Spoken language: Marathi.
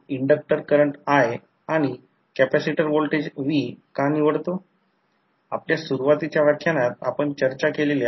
त्यामुळे लोडवर सेकंडरी mmf ची उपस्थिती प्रत्यक्षात प्रायमरी mmf चे उत्पादन समान मॅग्नेट्यूडमध्ये आवश्यक असते परंतु N1 I2 च्या उलट दिशेने असते ज्याला N2 I2 म्हणतात जर I0 दुर्लक्षित केला असेल तर I2 I1